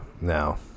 Now